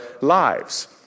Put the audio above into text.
lives